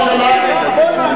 פה אומרים: בוא,